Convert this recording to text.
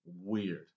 Weird